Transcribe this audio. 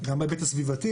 גם בהיבט הסביבתי,